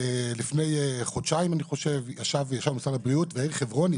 לפני חודשיים אני חושב ישבנו עם משרד הבריאות וחברוני